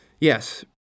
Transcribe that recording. yes